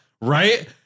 right